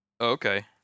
Okay